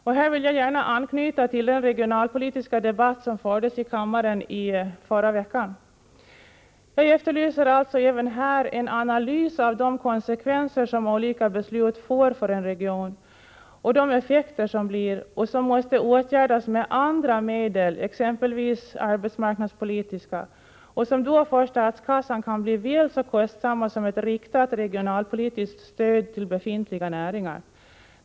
Och här vill jag gärna anknyta till den regionalpolitiska debatt som fördes i kammaren i förra veckan. Jag efterlyser alltså även här en analys av de konsekvenser som olika beslut får för en region och vilka av dessa effekter som måste åtgärdas med andra medel, exempelvis arbetsmarknadspolitiska. Dessa kan ju för statskassan bli väl så kostsamma som ett riktat regionalpolitiskt stöd till befintliga näringar.